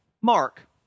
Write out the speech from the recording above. Mark